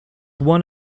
one